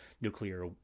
nuclear